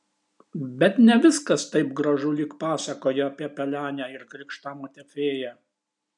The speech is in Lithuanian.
bet ne viskas taip gražu lyg pasakoje apie pelenę ir krikštamotę fėją